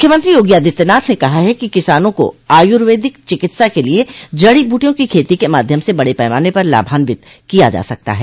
मुख्यमंत्री योगी आदित्यनाथ ने कहा है कि किसानों को आयुर्वेदिक चिकित्सा के लिए जड़ी बुटियों की खेती के माध्यम से बड़े पैमाने पर लाभान्वित किया जा सकता है